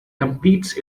competes